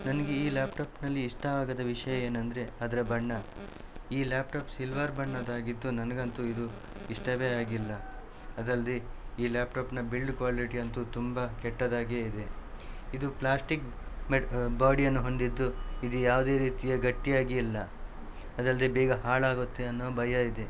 ನನಗೆ ಈ ಲ್ಯಾಪ್ಟಾಪ್ನಲ್ಲಿ ಇಷ್ಟ ಆಗದ ವಿಷಯ ಏನೆಂದರೆ ಅದರ ಬಣ್ಣ ಈ ಲ್ಯಾಪ್ಟಾಪ್ ಸಿಲ್ವರ್ ಬಣ್ಣದ್ದಾಗಿದ್ದು ನನಗಂತೂ ಇದು ಇಷ್ಟವೇ ಆಗಿಲ್ಲ ಅದಲ್ಲದೆ ಈ ಲ್ಯಾಪ್ಟಾಪ್ನ ಬಿಲ್ಡ್ ಕ್ವಾಲಿಟಿಯಂತೂ ತುಂಬ ಕೆಟ್ಟದಾಗಿ ಇದೆ ಇದು ಪ್ಲಾಸ್ಟಿಕ್ ಮೇಡ್ ಬಾಡಿಯನ್ನು ಹೊಂದಿದ್ದು ಇದು ಯಾವುದೇ ರೀತಿಯ ಗಟ್ಟಿಯಾಗಿಲ್ಲ ಅದಲ್ಲದೆ ಬೇಗ ಹಾಳಾಗತ್ತೆ ಅನ್ನೋ ಭಯ ಇದೆ